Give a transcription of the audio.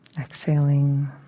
exhaling